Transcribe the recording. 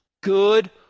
good